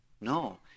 No